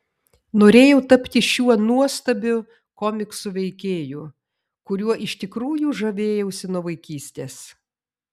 norėjau tapti šiuo nuostabiu komiksų veikėju kuriuo iš tikrųjų žavėjausi nuo vaikystės